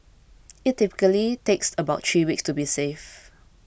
it typically takes about three weeks to be safe